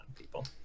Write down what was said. people